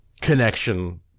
connection